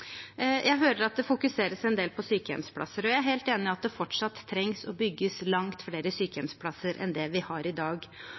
Jeg hører at det fokuseres en del på sykehjemsplasser, og jeg er helt enig i at det fortsatt trengs å bli bygd langt flere